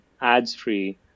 ads-free